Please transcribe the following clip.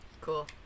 cool